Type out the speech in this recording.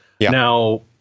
Now